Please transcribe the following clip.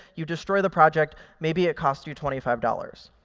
you destroy the project, maybe it cost you twenty five dollars.